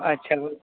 अच्छा